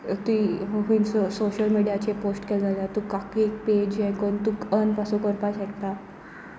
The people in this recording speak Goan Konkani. तुवें खंयचो सोशल मिडियाचेर पोस्ट केलो जाल्यार तुका आख्खी एक पेज हें करून तूं अर्न पासून करपाक शकता